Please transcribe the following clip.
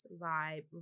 vibe